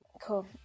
Cool